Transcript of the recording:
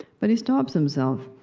but he stops himself.